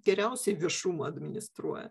geriausiai viešumą administruoja